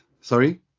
Sorry